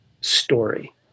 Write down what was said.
story